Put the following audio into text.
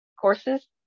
courses